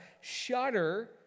shudder